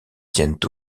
tiennent